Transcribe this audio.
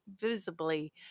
visibly